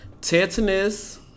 Tetanus